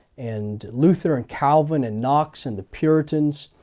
and luther and calvin and knox and the puritans.